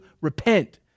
repent